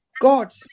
God